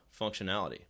functionality